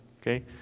Okay